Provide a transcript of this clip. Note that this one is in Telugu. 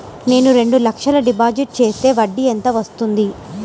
నేను రెండు లక్షల డిపాజిట్ చేస్తే వడ్డీ ఎంత వస్తుంది?